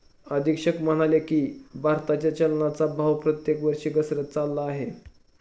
अधीक्षक म्हणाले की, भारताच्या चलनाचा भाव प्रत्येक वर्षी घसरत चालला आहे